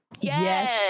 Yes